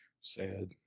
Sad